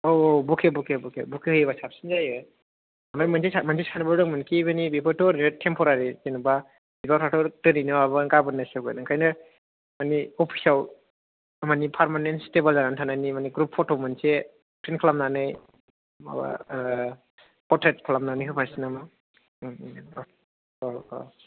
आव आव बुके बुके बुके बुके होयोबा साबसिन जायो आमफ्राय मोनसे मोनसे सानबावदोंमो कि बेफोर्थ' रेड टेम्परारि जेनेबा बिबारफ्राथ' दिनैनि माबागोन गाबोन्नो सेउगोन आंखायनो माने अफिस आव थार्मानि पारमानेन्ट स्टेबल जानानै थानायनि ग्रुप फट' मोनसे फिन खालामनानै माबा आह फटक खालामनानै होफानसै नामा आह आह